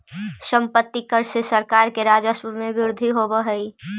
सम्पत्ति कर से सरकार के राजस्व में वृद्धि होवऽ हई